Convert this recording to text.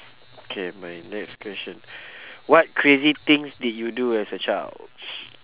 okay my next question what crazy things did you do as a child